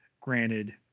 Granted